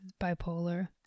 bipolar